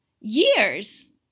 years